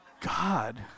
God